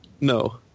No